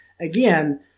again